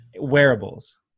Wearables